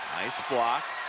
nice block,